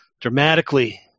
dramatically